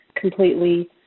completely